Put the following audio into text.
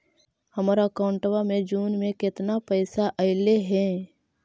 हमर अकाउँटवा मे जून में केतना पैसा अईले हे?